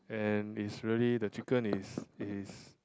and it's really the chicken is is